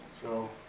so,